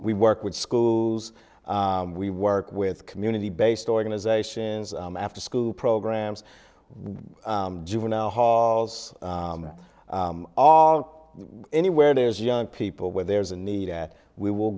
we work with schools we work with community based organizations afterschool programs juvenile halls all anywhere there's young people where there's a need at we will